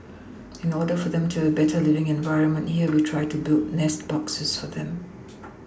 in order for them to have a better living environment here we try to build nest boxes for them